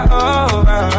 over